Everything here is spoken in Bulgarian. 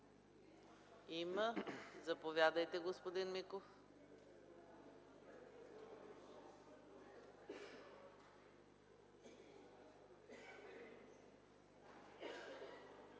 Заповядайте, господин Миков.